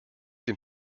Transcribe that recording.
dem